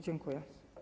Dziękuję.